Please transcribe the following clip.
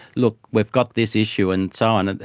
look, we've got this issue and so on,